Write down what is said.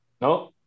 No